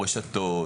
כמו רשתות,